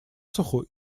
засуху